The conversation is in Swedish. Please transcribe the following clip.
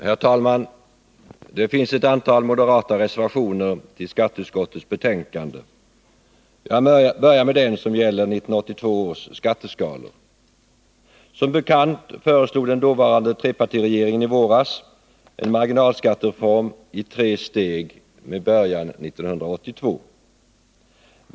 Herr talman! Det finns ett antal moderata reservationer till skatteutskottets betänkande. Jag börjar med den som gäller 1982 års skatteskalor. Som bekant föreslog den dåvarande trepartiregeringen i våras en marginalskattereform i tre steg med början 1982.